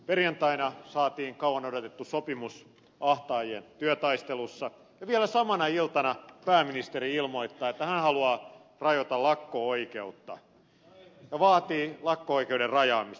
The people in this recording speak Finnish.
perjantaina saatiin kauan odotettu sopimus ahtaajien työtaistelussa ja vielä samana iltana pääministeri ilmoittaa että hän haluaa rajata lakko oikeutta vaatii lakko oikeuden rajaamista